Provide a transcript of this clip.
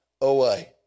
away